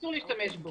אסור להשתמש בו,